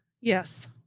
yes